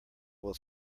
will